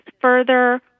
further